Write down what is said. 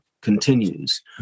continues